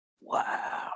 Wow